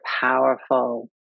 powerful